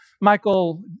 Michael